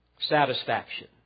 satisfaction